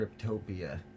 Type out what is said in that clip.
Cryptopia